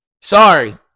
Sorry